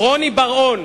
רוני בר-און,